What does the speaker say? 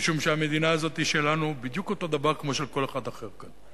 משום שהמדינה הזאת היא שלנו בדיוק אותו דבר כמו של כל אחד אחר כאן,